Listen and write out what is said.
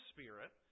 Spirit